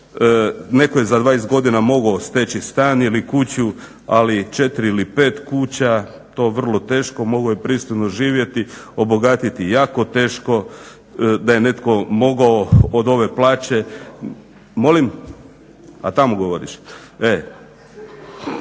Netko je za 20 godina mogao steći stan ili kuću, ali 4 ili 5 kuća to vrlo teško. Mogao je pristojno živjeti, obogatiti jako teško da je netko mogao od ove plaće … /Upadica se